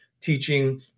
teaching